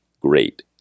great